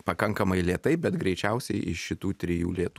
pakankamai lėtai bet greičiausiai iš šitų trijų lėtų